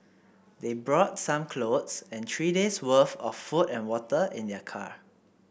they brought some clothes and three days' worth of food and water in their car